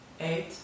eight